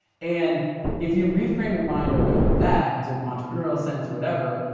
and if you reframe your mind around that and an entrepreneurial sense or whatever,